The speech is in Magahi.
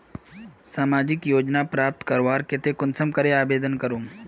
सामाजिक योजना प्राप्त करवार केते कुंसम करे आवेदन करूम?